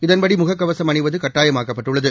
இதன்படி முகக் கவசம் அணிவது கட்டாயமாக்கப்பட்டுள்ளது